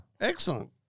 Excellent